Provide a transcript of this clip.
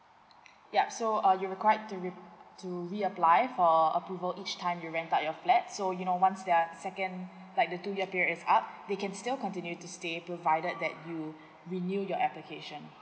yup so uh you'll require to re~ to reapply for approval each time you rent out your flat so you know once there are second like the two years period is up we can still continue to stay provided that you renew your application